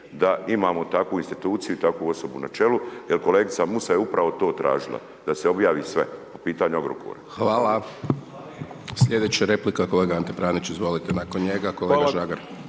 da imamo takvu instituciju i takvu osobu na čelu jer kolegica Musa je upravo to tražila, da se objavi sve po pitanju Agrokora. **Hajdaš Dončić, Siniša (SDP)** Hvala. Sljedeća replika kolega Ante Pranić, izvolite. Nakon njega kolega Žagar.